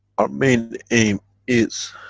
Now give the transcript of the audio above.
our main aim is